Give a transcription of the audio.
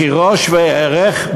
מחירה שווה-ערך,